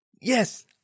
Yes